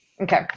Okay